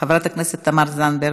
חברת הכנסת תמר זנדברג,